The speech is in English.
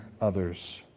others